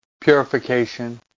purification